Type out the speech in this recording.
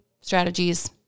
Strategies